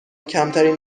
کمترین